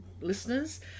listeners